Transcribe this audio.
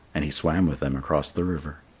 and he swam with them across the river.